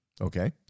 Okay